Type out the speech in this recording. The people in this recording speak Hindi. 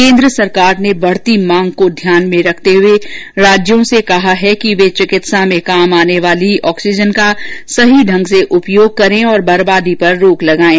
केन्द्र सरकार ने बढती मांग को ध्यान में रखते हए राज्यों से कहा है कि वे चिकित्सा में काम आने वाली ऑक्सीजन का सही ढंग से उपयोग करें और बरबादी पर रोक लगाएं